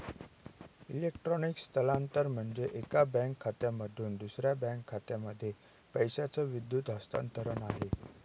electronic स्थलांतरण म्हणजे, एका बँक खात्यामधून दुसऱ्या बँक खात्यामध्ये पैशाचं विद्युत हस्तांतरण आहे